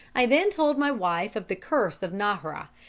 i then told my wife of the curse of nahra,